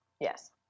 Yes